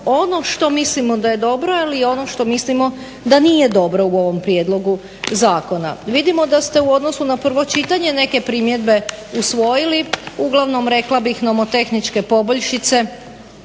ono što mislimo da je dobro ili ono što mislimo da nije dobro u ovom prijedlogu zakona. Vidimo da ste u odnosu na prvo čitanje neke primjedbe usvojili. Uglavnom rekla bih nomotehničke poboljšice